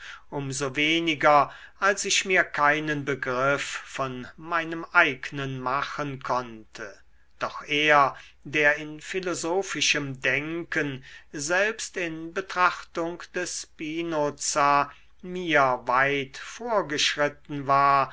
so weniger als ich mir keinen begriff von meinem eignen machen konnte doch er der in philosophischem denken selbst in betrachtung des spinoza mir weit vorgeschritten war